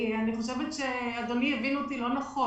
אני חושבת שאדוני הבין אותי לא נכון.